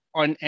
on